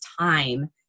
time